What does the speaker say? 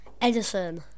Edison